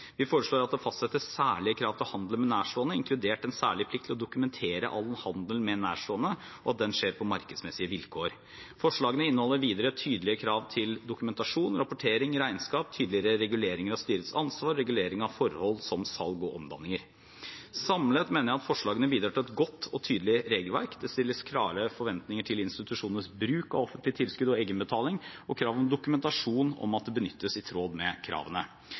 Vi foreslår at det fattes særlige krav til handel med nærstående, inkludert en særlig plikt til å dokumentere all handel med nærstående, og at den skjer på markedsmessige vilkår. Forslagene inneholder videre tydelige krav til dokumentasjon, rapportering, regnskap, tydeligere reguleringer av styrets ansvar og regulering av forhold som salg og omdanninger. Samlet mener jeg at forslagene bidrar til et godt og tydelig regelverk. Det stilles klare forventninger til institusjonenes bruk av offentlige tilskudd og egenbetaling, og krav om dokumentasjon på at det benyttes i tråd med kravene.